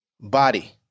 Body